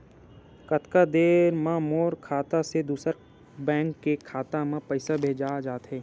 कतका देर मा मोर खाता से दूसरा बैंक के खाता मा पईसा भेजा जाथे?